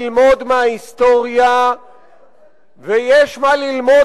יש מה ללמוד מההיסטוריה ויש מה ללמוד